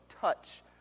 touch